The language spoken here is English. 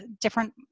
different